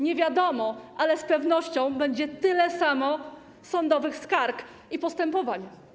Nie wiadomo, ale z pewnością będzie tyle samo sądowych skarg i postępowań.